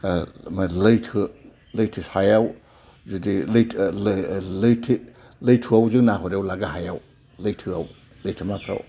लैथो लैथो सायाव जुदि लैथो लैथोआव जों नाहरोब्ला गाहायाव लैथोआव लैथोमाफ्राव